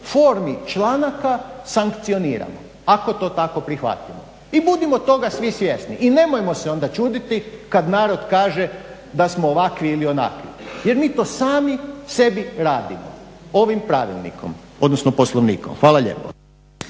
formi članaka sankcioniramo. Ako to tako prihvatimo i budimo toga svi svjesni i nemojmo se onda čuditi kada narod kaže da smo ovakvi ili onakvi jer mi to sami sebi radimo ovim poslovnikom. Hvala lijepo.